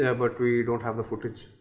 yeah but we don't have the footage.